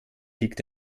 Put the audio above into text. liegt